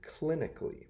clinically